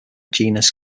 genus